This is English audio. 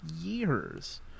years